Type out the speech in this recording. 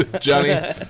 Johnny